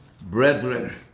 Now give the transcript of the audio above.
brethren